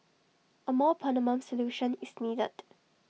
A more permanent solution is needed